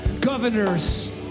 governors